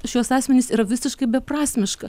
šiuos asmenis yra visiškai beprasmiška